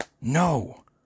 No